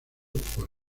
por